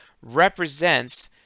represents